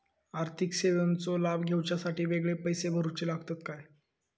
आर्थिक सेवेंचो लाभ घेवच्यासाठी वेगळे पैसे भरुचे लागतत काय?